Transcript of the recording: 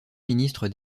ministre